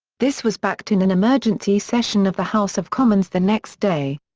this was backed in an emergency session of the house of commons the next day.